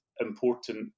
important